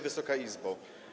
Wysoka Izbo!